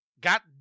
Got